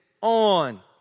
on